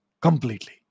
completely